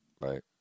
right